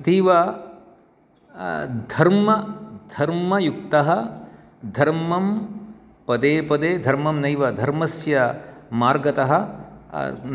अतीव धर्म धर्मयुक्तः धर्मं पदे पदे धर्मं नैव धर्मस्य मार्गतः